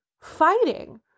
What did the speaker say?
fighting